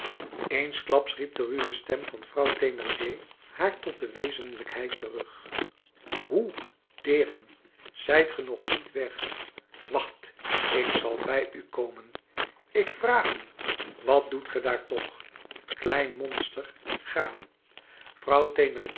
eensklaps riep de ruwe stem van vrouw thénardier haar tot de wezenlijkheid terug hoe deern zijt ge nog niet weg wacht ik zal bij u komen ik vraag u wat doet ge daar toch klein monster ga vrouw